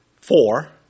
Four